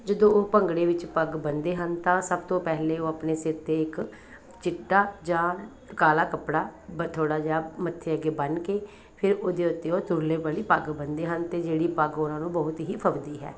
ਜਦੋਂ ਉਹ ਭੰਗੜੇ ਵਿੱਚ ਪੱਗ ਬੰਨਦੇ ਹਨ ਤਾਂ ਸਭ ਤੋਂ ਪਹਿਲਾਂ ਉਹ ਆਪਣੇ ਸਿਰ 'ਤੇ ਇੱਕ ਚਿੱਟਾ ਜਾਂ ਕਾਲਾ ਕੱਪੜਾ ਬਥੋੜਾ ਜਿਹਾ ਮੱਥੇ ਅੱਗੇ ਬੰਨ੍ਹ ਕੇ ਫਿਰ ਉਹਦੇ ਉੱਤੇ ਉਹ ਤੁਰਲੇ ਵਾਲੀ ਪੱਗ ਬੰਨਦੇ ਹਨ ਅਤੇ ਜਿਹੜੀ ਪੱਗ ਉਹਨਾਂ ਨੂੰ ਬਹੁਤ ਹੀ ਫੱਬਦੀ ਹੈ